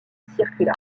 circula